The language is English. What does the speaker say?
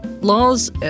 laws